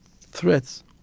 threats